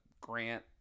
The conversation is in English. Grant